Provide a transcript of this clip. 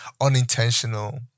unintentional